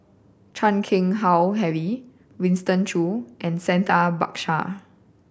Chan Keng Howe Harry Winston Choo and Santha Bhaskar